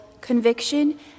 conviction